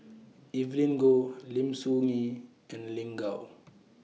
Evelyn Goh Lim Soo Ngee and Lin Gao